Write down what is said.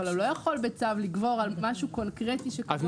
אבל הוא לא יכול לגבור בצו על משהו קונקרטי שקבוע בחקיקה.